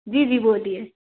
जी जी बोलिए